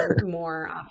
more